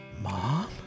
Mom